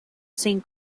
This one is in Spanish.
sin